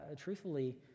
truthfully